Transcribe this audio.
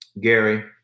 Gary